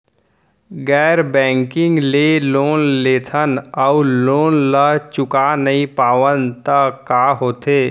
गैर बैंकिंग ले लोन लेथन अऊ लोन ल चुका नहीं पावन त का होथे?